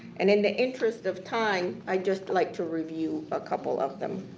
and in the interest of time i just like to review a couple of them.